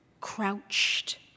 crouched